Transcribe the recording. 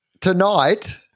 Tonight